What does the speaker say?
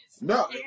No